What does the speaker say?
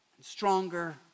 stronger